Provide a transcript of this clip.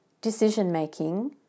decision-making